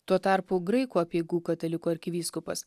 tuo tarpu graikų apeigų katalikų arkivyskupas